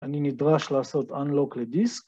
אני נדרש לעשות unlock לדיסק